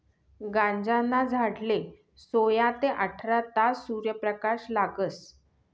गांजाना झाडले सोया ते आठरा तास सूर्यप्रकाश लागस